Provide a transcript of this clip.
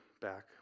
back